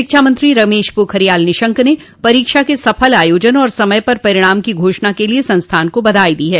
शिक्षा मंत्री रमेश पोखरियाल निशंक ने परीक्षा के सफल आयोजन और समय पर परिणाम की घोषणा के लिए संस्थान को बधाई दी है